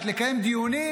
לקיים דיונים,